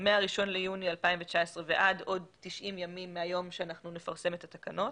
מה-1 ביוני 2019 ועד עוד 90 ימים מהיום שבו נפרסם את התקנות,